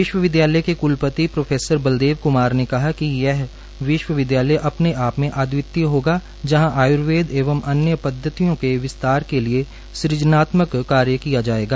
विश्वविद्यालय के क्लपति प्रो बलदेव क्मार ने कहा कि यह विश्वविद्यालय अपने आप में अद्वितीय होगा जहां आयर्वेद एवं अन्य पद्घतियों के विस्तार के लिए सुजनात्मक कार्य किया जाएगा